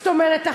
זאת אומרת,